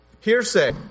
Hearsay